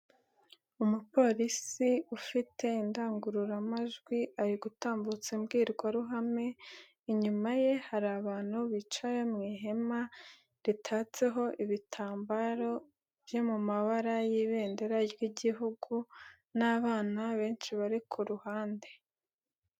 Umupolisi ufite indangururamajwi ari gutambutsa imbwirwaruhame, inyuma ye hari abantu bicaye mu ihema ritatseho ibitambaro byo mu mabara y'ibendera ry'Igihugu n'abana benshi bari ku ruhande.